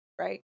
right